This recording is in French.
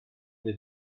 des